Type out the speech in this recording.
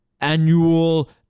annual